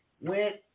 went